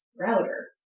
router